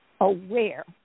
aware